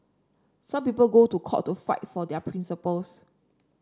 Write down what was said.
some people go to court to fight for their principles